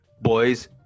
Boys